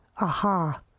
aha